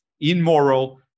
immoral